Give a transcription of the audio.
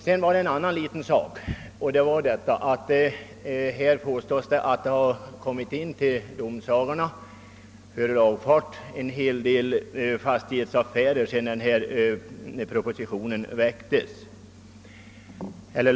Vidare påstås det att det, sedan propositionen framlades, till domsagorna inkommit ansökningar om lagfarter i samband med en mängd fastighetsaffärer.